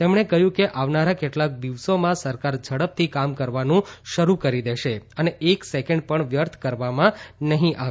તેમણે કહયું કે આવનારા કેટલાક દિવસોમાં સરકાર ઝડપથી કામ કરવાનું શરૂ કરી દેશે અને એક સેકન્ડ પણ વ્યર્થ કરવામાં નહી આવે